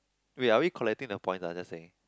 wait are we collecting the points ah just saying